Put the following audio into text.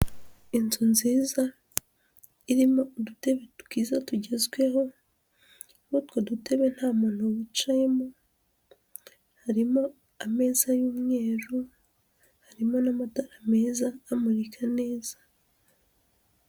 Inzu nziza irimo udutebe twiza tugezweho, muri utwo dutebe nta muntu wicayemo, harimo ameza y'umweru, harimo n'amatara meza amurika neza.